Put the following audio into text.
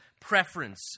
preference